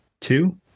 Two